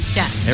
yes